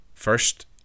First